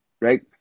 right